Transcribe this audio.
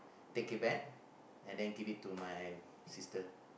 take it back and then give it to my sister